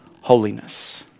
holiness